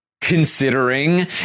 considering